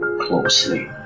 closely